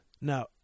Now